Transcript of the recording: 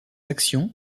actions